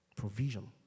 Provision